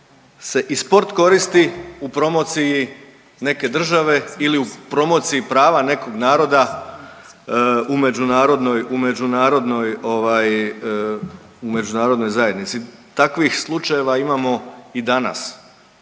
i sport koristi u promociji neke države ili u promociji prava nekog naroda u međunarodnoj zajednici. Takvih slučajeva imamo i danas.